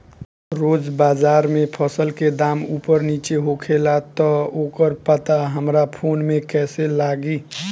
रोज़ बाज़ार मे फसल के दाम ऊपर नीचे होखेला त ओकर पता हमरा फोन मे कैसे लागी?